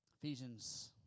Ephesians